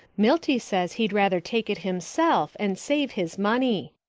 milty says he'd rather take it himself and save his money.